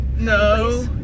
No